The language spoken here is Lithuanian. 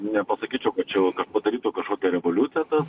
nepasakyčiau kad čia jau kas padarytų kažkokią revoliuciją tas